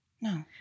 No